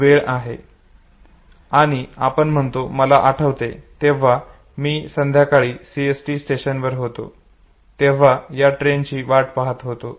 आणि आपण म्हणतो मला आठवते जेव्हा मी संध्याकाळी सीएसटी स्टेशनवर होतो तेव्हा या ट्रेनची वाट पहात होतो